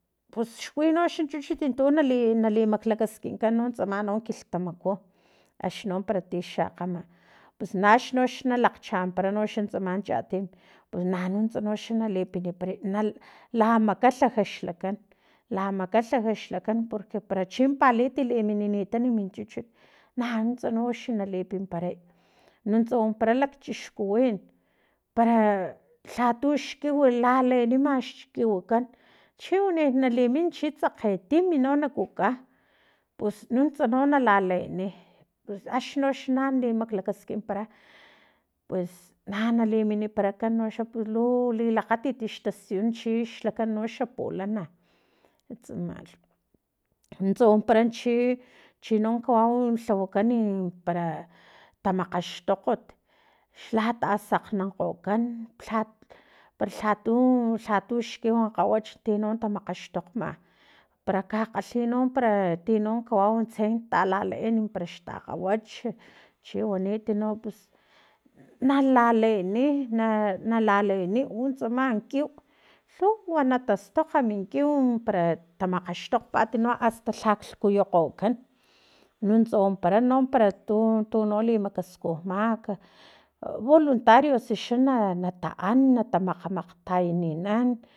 Pus xwinoxan chuchut tu nali nali maklakaskinkan tsama no kilhtamaku axni no para ti xakgama pus axni no na lakgchanpara noxa tsama chatim pus nanuntsa noxa na lipiniparay na lamakalhaj xlakan lamakalhaj xlakan porque para chi palit liminitan mi chuchut na nuntsa no xa nalipinparay nuntsa wampara lakchixkuwin para lhatux kiw lalenima xkiwikan chiwani nalimin chixa kgetimi no na kuka pus nuntsa no na laleeni pus axni no xa namaklakaskinpara pues na liminiparakan pus lu lilakgatit xtasiyu chix lakan noxa xa pulana tsamalh nuntsa wanpara chi chinon kawau lhawakan n para tamakgaxtokgot xlatasakgnankgokan lha paralha tu lha tux kiw kawach tino tamakgaxtokgma para ka kgalhi tino para tino kawau tse talaleen parax takgawach chiwanit no pus nalaleeni nalaleeni utsama kiw lhuwa na tastokga min kiw para tamakgaxtokgpat asta lhalh kuyukgokan nuntsa wampara no para tu tu no li makaskujmak voluntarios xa na taan tamakgamakgtayaninan